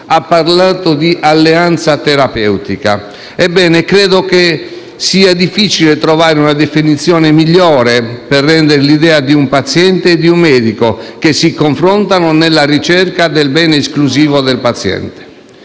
ha parlato di alleanza terapeutica. Ebbene, credo sia difficile trovare una definizione migliore per rendere l'idea di un paziente e di un medico che si confrontano nella ricerca del bene esclusivo del paziente.